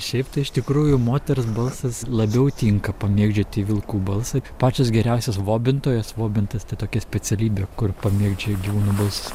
šiaip tai iš tikrųjų moters balsas labiau tinka pamėgdžioti vilkų balsą pačios geriausios vobintojos vobintas tai tokia specialybė kur pamėgdžioja gyvūnų balsus